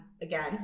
again